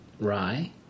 rye